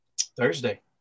Thursday